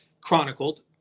chronicled